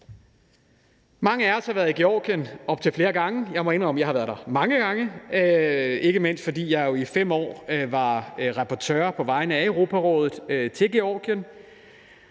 Mange af os har været i Georgien op til flere gange. Jeg må indrømme, at jeg har været der mange gange – ikke mindst fordi jeg i 5 år var rapportør på vegne af Europarådet vedrørende